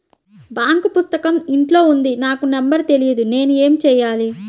Bank పుస్తకం ఇంట్లో ఉంది నాకు నంబర్ తెలియదు నేను ఏమి చెయ్యాలి?